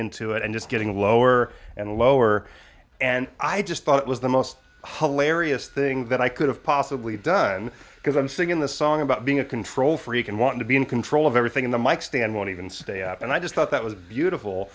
into it and just getting lower and lower and i just thought it was the most whole areas thing that i could have possibly done because i'm singing the song about being a control freak and want to be in control of everything in the mike stand one even stay up and i just thought that was beautiful